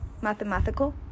mathematical